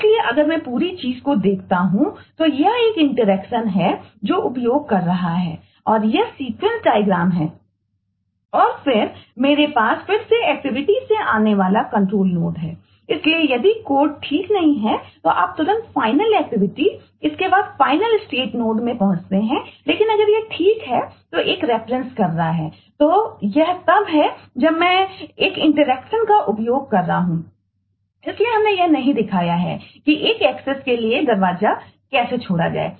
इसलिए अगर मैं पूरी चीज को देखता हूं तो यह एक इंटरैक्शनके लिए दरवाजा कैसे छोड़ा जाए